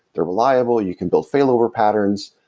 they're reliable, you can build failover patterns,